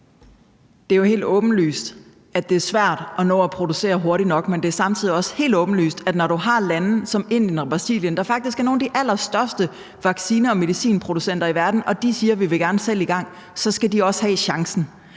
det er svært at nå at producere hurtigt nok. Men det er samtidig også helt åbenlyst, at når du har lande som Indien og Brasilien, der faktisk er nogle af de allerstørste vaccine- og medicinproducenter i verden, og de siger, at vi gerne selv vil i gang, så skal de også have chancen.